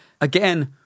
again